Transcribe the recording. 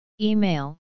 Email